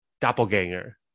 doppelganger